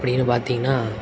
அப்படின்னு பார்த்தீங்னா